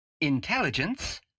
Intelligence